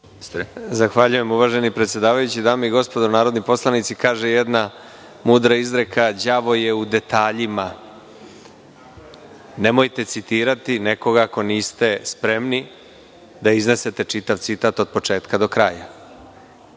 Zahvaljujem. Uvaženi predsedavajući, dame i gospodo narodni poslanici, kaže jedna mudra izreka: „Đavo je u detaljima“. Nemojte citirati nekoga ako niste spremni da iznesete čitav citat od početka do kraja. Dakle,